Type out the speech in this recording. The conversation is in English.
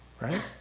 Right